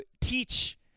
teach